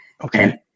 Okay